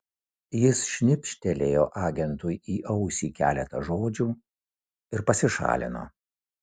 jis šnibžtelėjo agentui į ausį keletą žodžių ir pasišalino